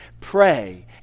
pray